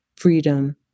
freedom